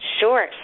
Sure